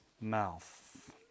mouth